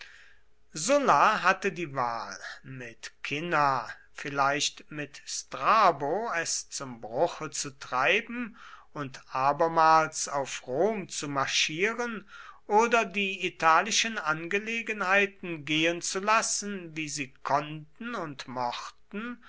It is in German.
sulla hatte die wahl mit cinna vielleicht mit strabo es zum bruche zu treiben und abermals auf rom zu marschieren oder die italischen angelegenheiten gehen zu lassen wie sie konnten und mochten